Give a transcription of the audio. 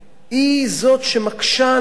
היא זאת שמקשה על המדינה,